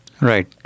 Right